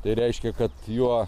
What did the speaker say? tai reiškia kad juo